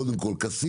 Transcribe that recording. קודם כל כסיף,